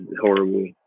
horrible